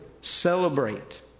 celebrate